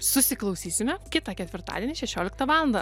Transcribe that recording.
susiklausysime kitą ketvirtadienį šešioliktą valandą